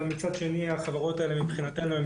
אבל מצד שני החברות האלה מבחינתנו הם